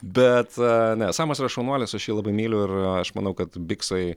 bet ne samas yra šaunuolis aš jį labai myliu ir aš manau kad biksai